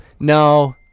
No